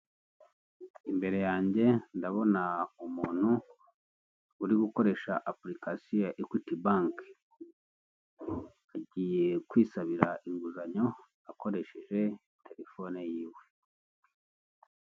Imbere yanjye ndabona umuntu uri gukoresha apulikasiyo ya Ekwiti banki, agiye kwisabira inguzanyo akoresheje terefone yiwe.